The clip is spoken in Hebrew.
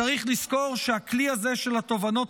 צריך לזכור שהכלי הזה של התובענות